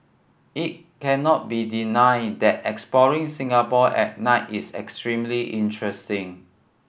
it cannot be denied that exploring Singapore at night is extremely interesting